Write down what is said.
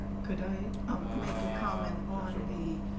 could i um make a comment on the,